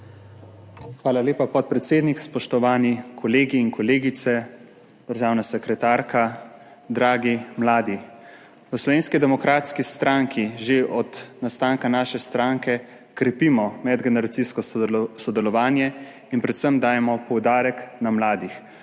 Hvala lepa, podpredsednik. Spoštovani kolegi in kolegice, državna sekretarka, dragi mladi! V Slovenski demokratski stranki že od nastanka naše stranke krepimo medgeneracijsko sodelovanje in predvsem dajemo poudarek na mlade,